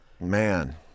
man